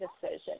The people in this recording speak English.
decision